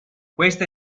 questa